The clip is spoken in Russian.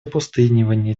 опустынивание